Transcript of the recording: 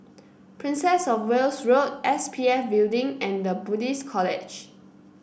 Princess Of Wales Road S P F Building and The Buddhist College